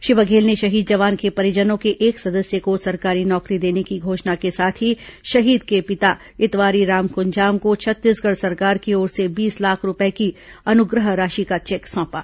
श्री बघेल ने शहीद जवान के परिजनों के एक सदस्य को सरकारी नौकरी देने की घोषणा के साथ ही शहीद के पिता इतवारी राम कुंजाम को छत्तीसगढ़ सरकार की ओर से बीस लाख रूपये की अनुग्रह राशि का चेक सौंपा